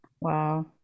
Wow